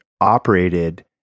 operated